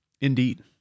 indeed